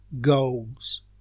goals